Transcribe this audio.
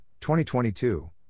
2022